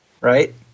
right